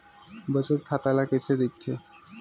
बचत खाता ला कइसे दिखथे?